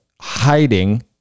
hiding